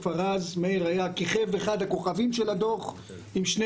כבר אז מאיר כיכב כאחד הכוכבים של הדו"ח עם שני